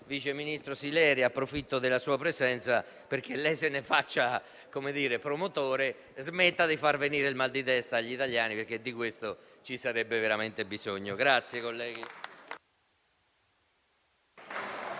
sottosegretario Sileri, approfitto della sua presenza perché lei se ne faccia promotore - smetta di far venire il mal di testa agli italiani, perché di questo ci sarebbe veramente bisogno.